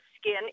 skin